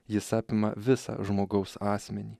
jis apima visą žmogaus asmenį